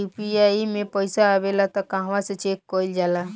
UPI मे पइसा आबेला त कहवा से चेक कईल जाला?